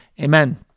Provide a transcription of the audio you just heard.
Amen